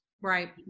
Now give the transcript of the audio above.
right